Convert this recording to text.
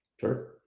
Sure